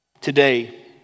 Today